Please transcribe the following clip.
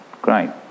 Great